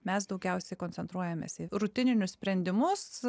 mes daugiausiai koncentruojamės į rutininius sprendimus